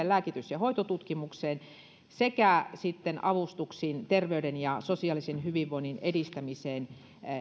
lääkitys ja hoitotutkimukseen sekä sitten avustuksiin terveyden ja sosiaalisen hyvinvoinnin edistämiseen